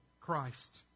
Christ